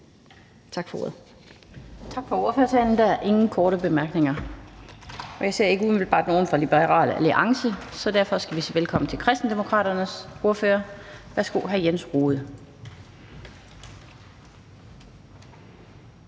Tak for ordet.